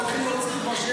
להתחיל להוציא כבר,